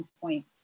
point